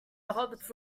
hobbits